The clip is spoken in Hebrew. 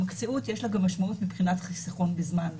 המשמעות של הרתעה בתיקים האלה כחלק מצמצום הזמן היא אקוטית לחלוטין.